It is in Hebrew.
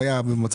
זה גם הישג.